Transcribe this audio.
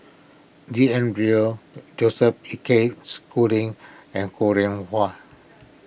B N Rao Joseph A K Schooling and Ho Rih Hwa